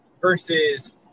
Versus